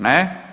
Ne.